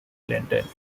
london